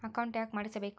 Account ಯಾಕ್ ಮಾಡಿಸಬೇಕು?